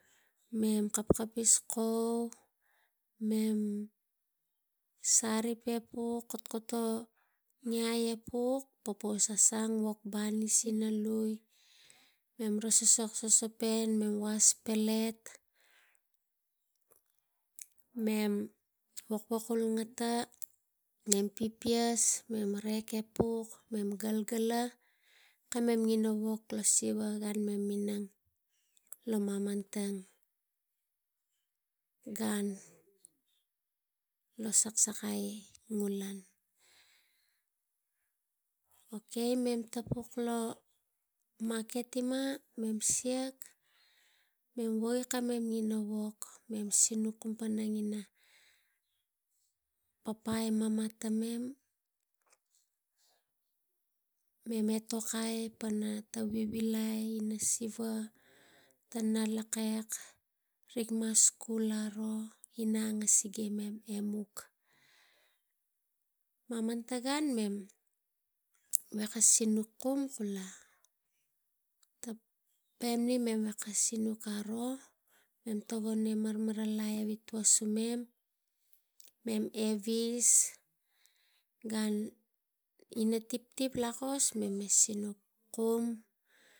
Mem kapkapis kau, mem sarip e puk kotkoto iai e puk popopous a sang, wok banis ina lui mem resoksok sosopen, mem was pelet, mem wakwakul ata mem pipies mem rek epuk, mem galgala kamem ina wok gan wok lo siva ang lo maman tang gan, gan lo sasakai ngulen. Okay, mem tapuk lo maket ima, mem siak, mem wogi ina kamem wog, mem sinuk kumana kamem ta papa e mama tamem, mem etokai kana tang vivilai, siva tang ina nalakek rik ma skul aro ina angasig imem. Maman tang gan mem veko sinuk kum kula tang meri karo wo mem marmaralai mem evis gan ina tiptip kos mem sinuk kum.